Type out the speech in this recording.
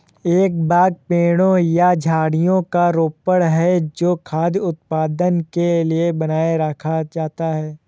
एक बाग पेड़ों या झाड़ियों का रोपण है जो खाद्य उत्पादन के लिए बनाए रखा जाता है